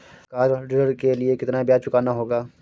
Car ऋण के लिए कितना ब्याज चुकाना होगा?